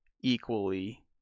equally